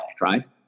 right